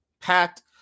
packed